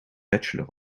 bachelor